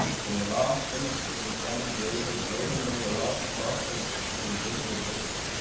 from the last finish of the gem-engraver blowing away the last particle of invisible dust,